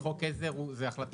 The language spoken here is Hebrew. כי חוק עזר זאת החלטה של מועצה.